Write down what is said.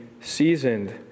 seasoned